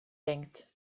denkt